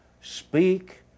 speak